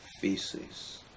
feces